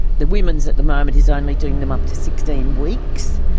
the women's at the moment is only doing them up to sixteen weeks.